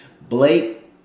Blake